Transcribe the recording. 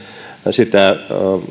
sitä